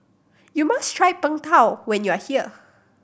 you must try Png Tao when you are here